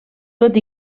tot